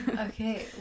okay